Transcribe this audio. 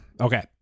Okay